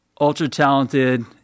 Ultra-talented